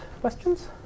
Questions